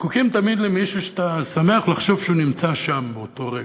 זקוקים תמיד למישהו שאתה שמח לחשוב שהוא נמצא שם באותו רגע,